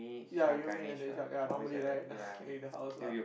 ya you me and the ya normal right in the house lah